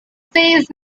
says